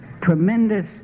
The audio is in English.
tremendous